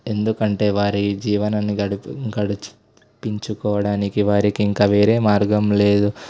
ఎందుకంటే వారి జీవనాన్ని గడిపి గడిపించుకోవడానికి వారికి ఇంక వేరే మార్గం లేదు